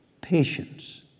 patience